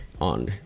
on